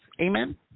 Amen